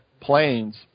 planes